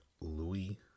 Louis